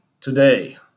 Today